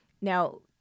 Now